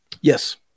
Yes